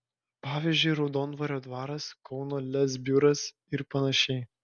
pavyzdžiui raudondvario dvaras kauno lez biuras ir panašiai